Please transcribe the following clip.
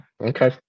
Okay